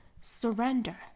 Surrender